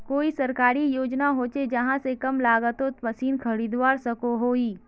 कोई सरकारी योजना होचे जहा से कम लागत तोत मशीन खरीदवार सकोहो ही?